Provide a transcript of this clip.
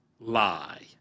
lie